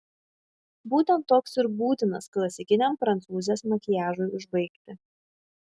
būtent toks ir būtinas klasikiniam prancūzės makiažui užbaigti